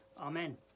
Amen